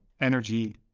energy